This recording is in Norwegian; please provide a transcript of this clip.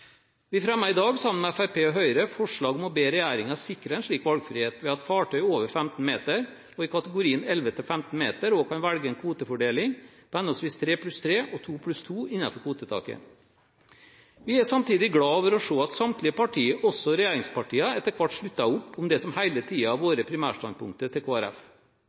Vi fremmer i dag, sammen med Fremskrittspartiet og Høyre, forslag om å be regjeringen sikre en slik valgfrihet ved at eier av fartøy over 15 meter og eier av fartøy i kategorien 11–15 meter også kan velge en kvotefordeling på henholdsvis 3+3 eller 2+2 innenfor kvotetaket. Vi er samtidig glade for å se at samtlige parti – også regjeringspartiene – etter hvert sluttet opp om det som hele tiden har vært primærstandpunktet til